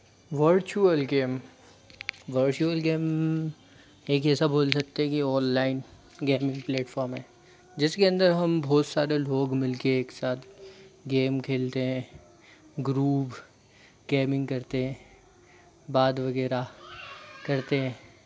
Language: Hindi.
वर्चुअल गेम वर्चुअल गेम एक ऐसा बोल सकते हैं कि एक ऑनलाइन गेमिंग प्लेटफ़ॉर्म है जिसके अंदर हम बहुत सारे लोग मिलके एक साथ गेम खेलते हैं ग्रूप गेमिंग करते हैं बात वगैरह करते हैं